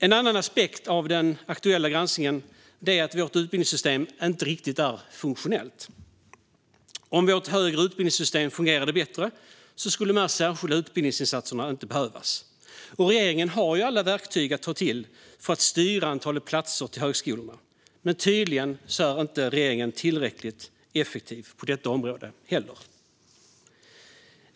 En annan aspekt av den aktuella granskningen är att vårt utbildningssystem inte riktigt är funktionellt. Om vårt system för högre utbildning fungerade bättre skulle dessa särskilda utbildningsinsatser inte behövas. Regeringen har alla verktyg att ta till för att styra antalet platser på högskolorna, men regeringen är tydligen inte tillräckligt effektiv på detta område heller.